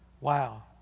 Wow